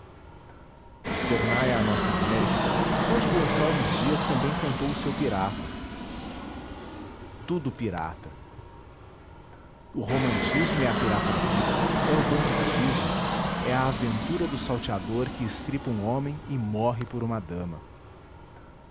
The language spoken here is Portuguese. tornai à nossa américa onde gonçalves dias também cantou o seu pirata tudo pirata o romantismo é a pirataria é o banditismo é a aventura do salteador que estripa um homem e morre por uma dama